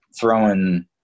throwing